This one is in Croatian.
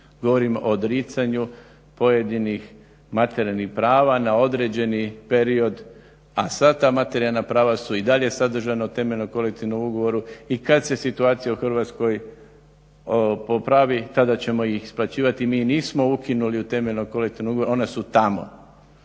govorimo o odricanju pojedinih materijalnih prava na određeni period, a sva ta materijalna prava su i dalje sadržana u temeljnom kolektivnom ugovoru i kad se situacija u Hrvatskoj popravi tada ćemo ih isplaćivati. Mi ih nismo ukinuli u temeljnom kolektivnom ugovoru, ona su tamo.